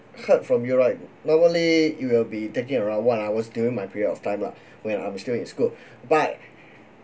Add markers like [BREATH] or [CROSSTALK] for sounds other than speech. heard from you right normally you will be taking a round one I was doing my period of time lah [BREATH] when I'm still in school [BREATH] but